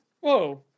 Whoa